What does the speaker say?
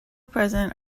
present